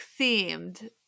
themed